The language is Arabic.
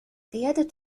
قيادة